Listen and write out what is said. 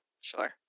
Sure